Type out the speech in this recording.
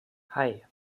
hei